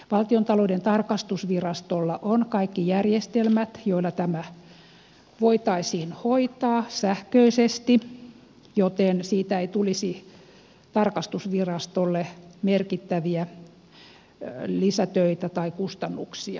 valtiontalouden tarkastusvirastolla on kaikki järjestelmät joilla tämä voitaisiin hoitaa sähköisesti joten siitä ei tulisi tarkastusvirastolle merkittäviä lisätöitä tai kustannuksia